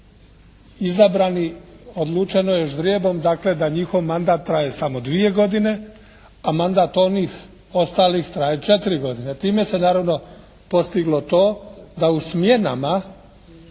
izabrani. Odlučeno je ždrijebom dakle da njihov mandat traje samo dvije godine a mandat onih ostalih traje četiri godine. Time se naravno postiglo to da u smjenama